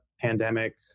pandemic